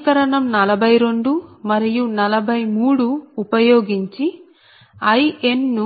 సమీకరణం 42 మరియు 43 ఉపయోగించి In ను